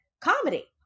comedy